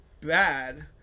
bad